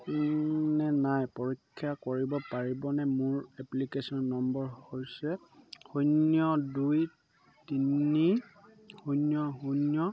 নে নাই পৰীক্ষা কৰিব পাৰিবনে মোৰ এপ্লিকেশ্যন নম্বৰ হৈছে শূন্য দুই তিনি শূন্য শূন্য